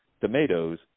tomatoes